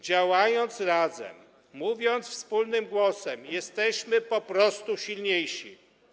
Działając razem, mówiąc wspólnym głosem, jesteśmy po prostu silniejsi.